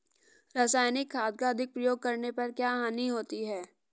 रासायनिक खाद का अधिक प्रयोग करने पर क्या हानि होती है?